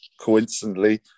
coincidentally